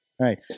right